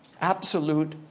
Absolute